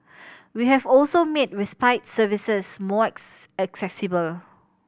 we have also made respite services more accessible